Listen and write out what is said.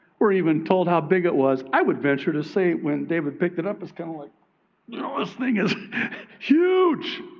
we're even told how big it was. i would venture to say when david picked it up, it's kind of like, you know this thing is huge.